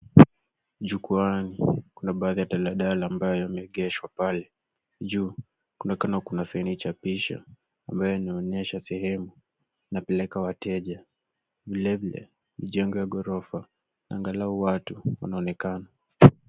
Jukwani, kuna baadhi ya daladala ambayo yameegeshwa pale. Juu, kunaonekana kuna sehemu imechapishwa ambayo inaonyesha sehemu inapeleka wateja. Vilevile jengo la ghorofa angalau watu wanaonekana.